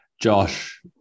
Josh